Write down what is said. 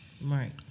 Right